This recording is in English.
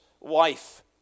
wife